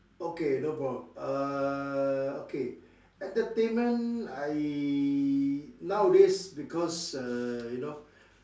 okay no problem uh okay entertainment I nowadays because err you know